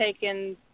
taken